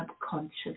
subconscious